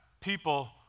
people